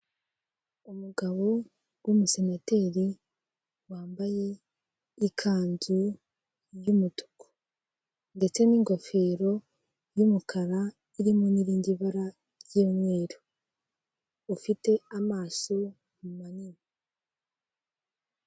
Umugabo w'umusenateri wambaye ikanzu y'umutuku ndetse n'ingofero y'umukara irimo n'irindi bara ry'umweru ufite amaso manini.